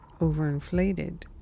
overinflated